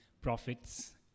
profits